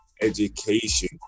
education